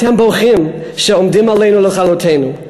אתם בוכים שעומדים עלינו לכלותנו.